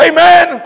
Amen